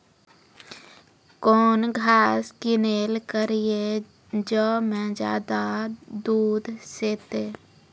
कौन घास किनैल करिए ज मे ज्यादा दूध सेते?